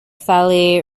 valley